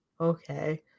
Okay